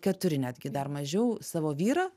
keturi netgi dar mažiau savo vyrą